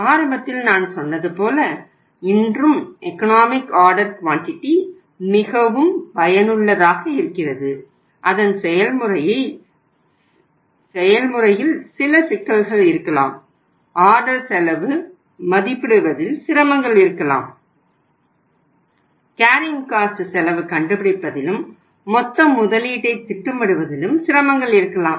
ஆரம்பத்தில் நான் சொன்னது போல இன்றும் எகனாமிக் ஆர்டர் குவான்டிட்டி செலவு கண்டுபிடிப்பதிலும் மொத்த முதலீட்டை திட்டமிடுவதிலும் சிரமங்கள் இருக்கலாம்